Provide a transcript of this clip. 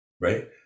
right